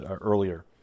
earlier